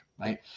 right